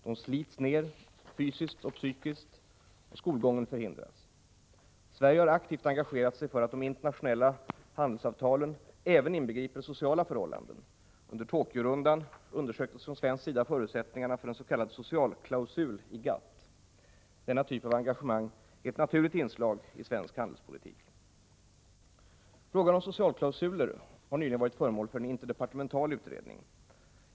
De slits ned fysiskt och psykiskt, och skolgången förhindras. Sverige har aktivt engagerat sig för att de internationella handelsavtalen även inbegriper sociala förhållanden. Under Tokyorundan undersöktes från svensk sida förutsättningarna för en s.k. socialklausul i GATT. Denna typ av engagemang är ett naturligt inslag i svensk handelspolitik. Frågan om socialklausuler har nyligen varit föremål för en interdepartemental utredning.